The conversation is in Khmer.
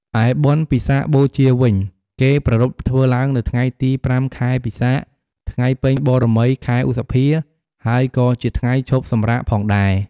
ឯបុណ្យពិសាខបូជាវិញ គេប្រារព្ធធ្វើឡើងនៅថ្ងៃទី ៥ ខែពិសាខ ថ្ងៃពេញបូរមី ខែឧសភា ហើយក៏ជាថ្ងៃឈប់សម្រាកផងដែរ ។